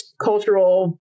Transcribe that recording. cultural